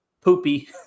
poopy